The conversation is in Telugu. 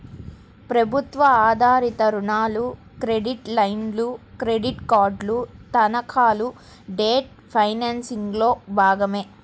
ప్రభుత్వ ఆధారిత రుణాలు, క్రెడిట్ లైన్లు, క్రెడిట్ కార్డులు, తనఖాలు డెట్ ఫైనాన్సింగ్లో భాగమే